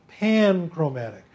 panchromatic